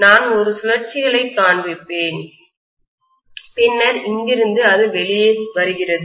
நான் ஒரு சில சுழற்சிகளைக் காண்பிப்பேன் பின்னர் இங்கிருந்து அது வெளியே வருகிறது